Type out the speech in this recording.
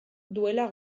duela